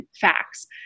facts